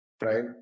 right